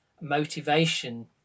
motivation